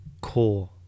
core